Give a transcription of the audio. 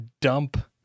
dump